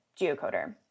geocoder